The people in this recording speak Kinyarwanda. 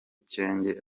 cyenge